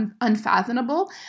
unfathomable